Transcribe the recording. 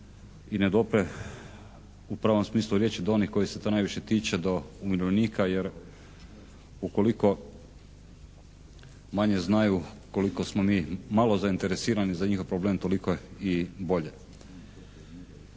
i ne dopire u pravom smislu riječi do onih koji se to najviše tiče, do umirovljenika, jer ukoliko manje znaju ukoliko smo malo zainteresirani za njihov problem toliko je i bolje.